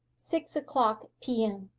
six o'clock p m.